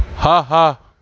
ஆஹா